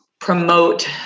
promote